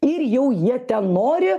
ir jau jie ten nori